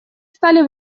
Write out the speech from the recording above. стали